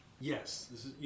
Yes